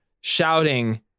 shouting